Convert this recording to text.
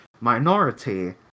minority